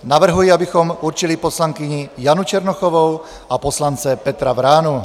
Navrhuji, abychom určili poslankyni Janu Černochovou a poslance Petru Vránu.